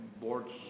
Boards